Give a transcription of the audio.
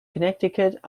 connecticut